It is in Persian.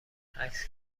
عکس